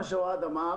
כמו שאמר אוהד,